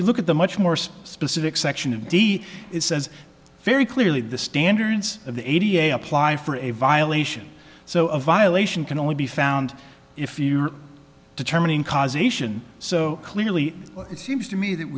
you look at the much more specific section of d it says very clearly the standards of the eighty eight apply for a violation so a violation can only be found if you are determining causation so clearly it seems to me that